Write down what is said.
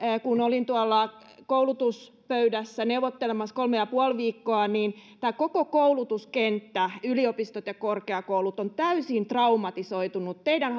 kun olin tuolla koulutuspöydässä neuvottelemassa kolme ja puoli viikkoa että tämä koko koulutuskenttä yliopistot ja korkeakoulut on täysin traumatisoitunut teidän